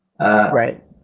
right